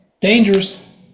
Dangerous